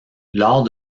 lors